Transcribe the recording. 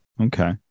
okay